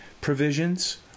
provisions